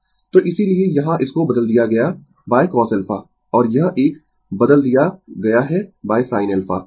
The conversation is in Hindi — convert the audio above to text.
तो इसीलिए यहाँ इसको बदल दिया गया cosα और यह एक बदल दिया गया है sin α